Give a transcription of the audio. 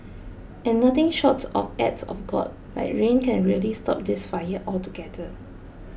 and nothing short of act of God like rain can really stop this fire altogether